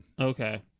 Okay